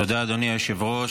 תודה, אדוני היושב-ראש.